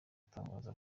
atangaza